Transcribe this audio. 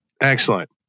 Excellent